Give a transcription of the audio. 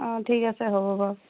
অঁ ঠিক আছে হ'ব বাৰু